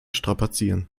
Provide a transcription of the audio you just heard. strapazieren